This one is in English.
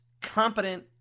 competent